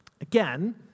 Again